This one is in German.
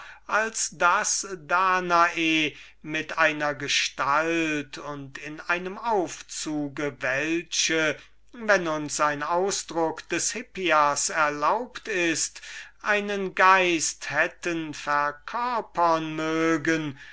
es daß danae mit einer gestalt und in einem aufzug welcher mit dem weisen hippias zu reden einen geist hätte verkörpern mögen